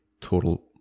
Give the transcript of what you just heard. total